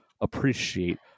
appreciate